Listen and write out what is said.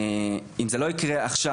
אם זה לא יקרה עכשיו,